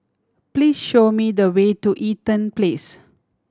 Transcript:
please show me the way to Eaton Place